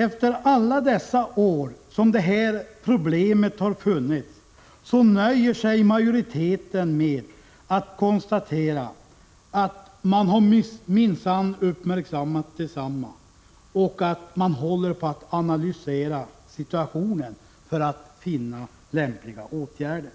Efter alla dessa år som det här problemet har funnits, nöjer sig majoriteten med att konstatera att man minsann uppmärksammat detsamma och att man håller på att analysera situationen för att finna lämpliga åtgärder.